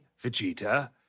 Vegeta